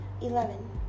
eleven